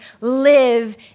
Live